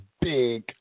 big